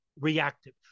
reactive